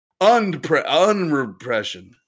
unrepression